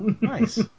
nice